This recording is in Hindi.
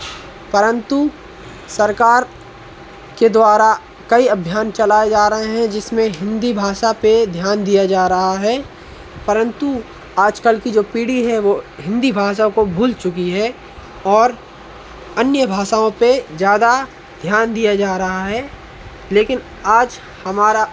परंतु सरकार के द्वारा कई अभियान चलाए जा रहे हैं जिसमें हिंदी भाषा पे ध्यान दिया जा रहा है परंतु आजकल की जो पीढ़ी है वो हिंदी भाषा को भूल चुकी है और अन्य भाषाओं पे ज़्यादा ध्यान दिया जा रहा है लेकिन आज हमारा